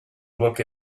look